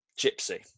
Gypsy